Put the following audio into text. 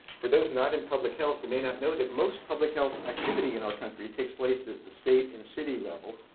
for those not in public health, you may not know that most public health activity in our country takes place in the state and city level.